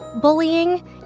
bullying